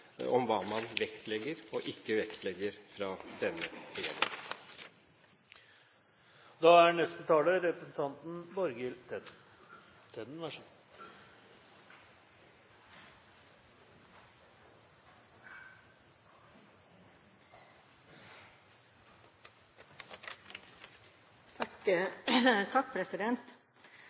om hva man vektlegger og ikke vektlegger fra denne regjeringen. Det er